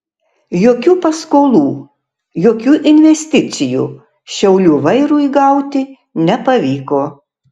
jokių paskolų jokių investicijų šiaulių vairui gauti nepavyko